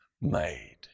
made